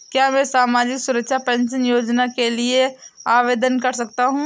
क्या मैं सामाजिक सुरक्षा पेंशन योजना के लिए आवेदन कर सकता हूँ?